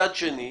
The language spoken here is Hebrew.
מצד שני,